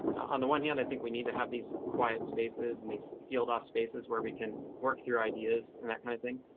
on the one hand, i think we need to have these quiet spaces in these sealed off spaces where we can work through ideas and that kind of thing.